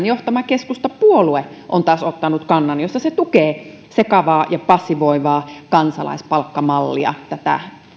johtama keskustapuolue on taas ottanut kannan jossa se tukee sekavaa ja passivoivaa kansalaispalkkamallia tätä